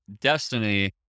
Destiny